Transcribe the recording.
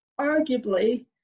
arguably